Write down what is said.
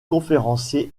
conférencier